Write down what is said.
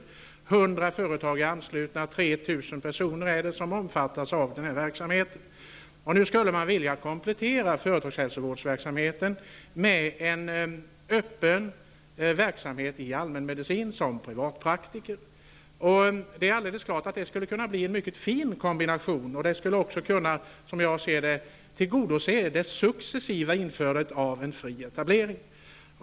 100 företag är anslutna, och 3 000 personer omfattas av verksamheten. Nu vill man komplettera verksamheten där inom företagshälsovården med en öppen verksamhet som privatpraktiker i allmänmedicin. Det är alldeles klart att det här skulle kunna bli en mycket fin kombination och, som jag ser det, skulle kunna tillgodose det successiva införandet av en fri etablering.